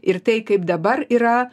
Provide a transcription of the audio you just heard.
ir tai kaip dabar yra